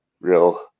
real